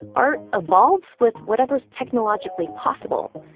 art evolves with whatever's technologically possible.